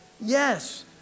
yes